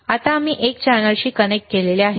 आता आम्ही एक चॅनेल शी कनेक्ट केलेले आहे